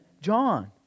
John